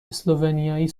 اسلوونیایی